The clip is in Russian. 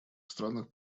странах